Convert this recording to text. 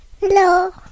Hello